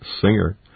singer